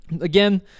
again